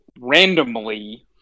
randomly